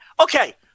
Okay